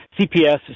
CPS